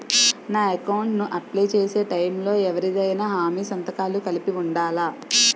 నా అకౌంట్ ను అప్లై చేసి టైం లో ఎవరిదైనా హామీ సంతకాలు కలిపి ఉండలా?